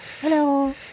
Hello